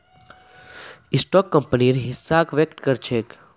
stock कंपनीर हिस्साक व्यक्त कर छेक